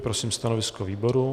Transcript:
Prosím stanovisko výboru.